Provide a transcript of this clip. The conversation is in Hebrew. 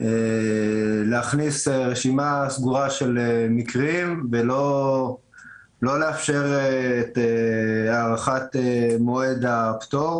להיות רשימה סגורה, ולא לאפשר את הארכת מועד הפטור